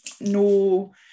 no